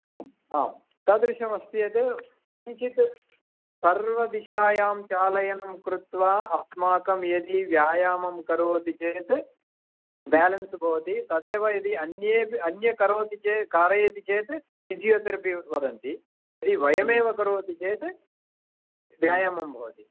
आम् आं तादृशमस्ति यद् किञ्चित् सर्वदिशायां चालनं कृत्वा अस्माकं यदि व्यायामं करोति चेत् बेलन्स् भवति तदेव यदि अन्येपि अन्यः करोति चेत् कारयति चेत् फ़िसियोतेरपि वदन्ति यदि वयमेव करोति चेत् व्यायामः भवति